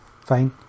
Fine